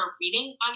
reading